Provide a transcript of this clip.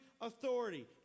authority